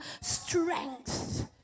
strength